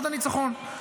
עד הניצחון.